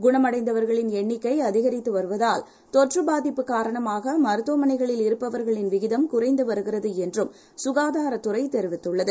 குணம்அடைந்தவர்களின்எண்ணிக்கைஅதிகரித்துவருவதால் தொற்றுபாதிப்புகாரணமாகமருத்துவமனைகளில்இருப்பவர்களின்விகிதம்குறைந்து வருகிறதுஎன்றும்சுகாதாரத்துறைதெரிவித்துள்ளது